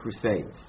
crusades